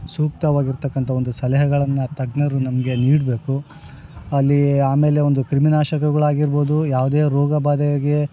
ಸೂಕ್ತವಾಗಿರ್ತಕ್ಕಂಥ ಒಂದು ಸಲಹೆಗಳನ್ನು ತಜ್ಞರು ನಮಗೆ ನೀಡಬೇಕು ಅಲ್ಲಿ ಆಮೇಲೆ ಒಂದು ಕ್ರಿಮಿನಾಶಕಗಳ್ ಆಗಿರ್ಬೋದು ಯಾವುದೇ ರೋಗ ಬಾಧೆಗೆ